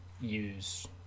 use